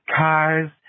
cars